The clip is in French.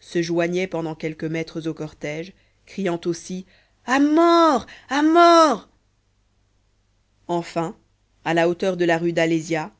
se joignaient pendant quelques mètres au cortège criant aussi à mort à mort enfin à la hauteur de la rue d'alésia